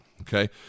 Okay